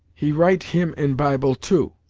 he write him in bible, too!